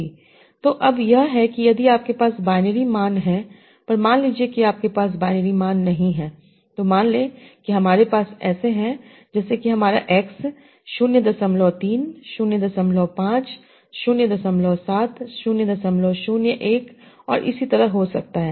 तो अब यह है यदि आपके पास बाइनरी मान हैं पर मान लीजिए कि आपके पास बाइनरी मान नहीं हैं तो मान लें कि हमारे मान ऐसे हैं जैसे हमारा एक्स 03 05 07 001 और इसी तरह हो सकता है